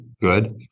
good